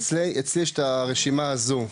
שנייה, אצלי יש את הרשימה הזו.